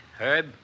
Herb